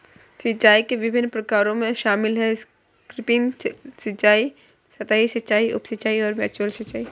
सिंचाई के विभिन्न प्रकारों में शामिल है स्प्रिंकलर सिंचाई, सतही सिंचाई, उप सिंचाई और मैनुअल सिंचाई